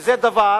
וזה דבר